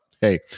hey